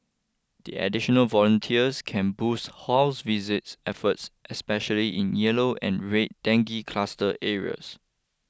the additional volunteers can boost house visits efforts especially in yellow and red dengue cluster areas